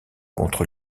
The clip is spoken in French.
contre